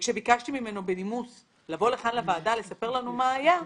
כשביקשתי ממנו בנימוס לבוא לוועדה ולספר לנו מה היה,